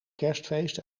kerstfeest